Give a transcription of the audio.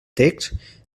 text